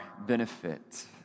benefit